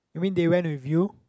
you mean they went with you